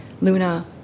Luna